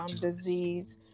disease